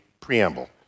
preamble